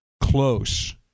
Close